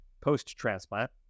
post-transplant